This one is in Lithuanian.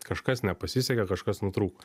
kažkas nepasisekė kažkas nutrūko